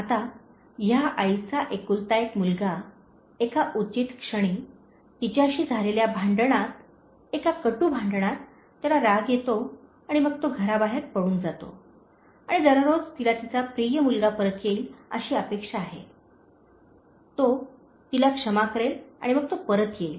आता ह्या आईचा एकुलता एक मुलगा एका उचित क्षणी तिच्याशी झालेल्या भांडणात एका कटू भांडणात त्याला राग येतो आणि मग तो घराबाहेर पळून जातो आणि दररोज तिला तिचा प्रिय मुलगा परत येईल अशी अपेक्षा आहे तो तिला क्षमा करेल आणि मग तो परत येईल